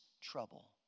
trouble